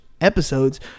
episodes